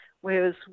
whereas